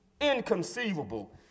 inconceivable